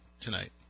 tonight